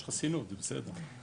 יש חסינות, זה בסדר.